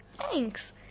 Thanks